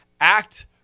act